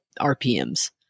RPMs